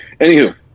anywho